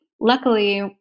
luckily